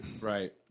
Right